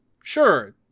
Sure